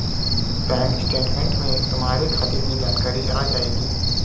bank statement में तुम्हारे खाते की जानकारी आ जाएंगी